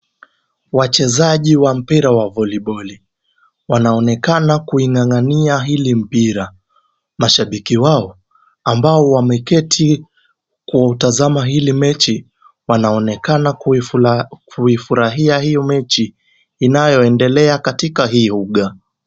Wachezaji wa mpira wa voliboli, wanaonekana kuling'ang'ania hili mpira. Mashabiki wao ambao wameketi kutazama hili mechi wanaonekana kuifurahia hiyo mechi inayoendelea katika hii uga.